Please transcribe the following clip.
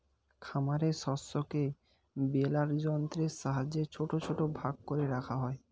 খামারের শস্যকে বেলার যন্ত্রের সাহায্যে ছোট ছোট ভাগ করে রাখা হয়